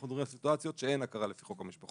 אנחנו מדברים על סיטואציות שאין הכרה לפי חוק המשפחות.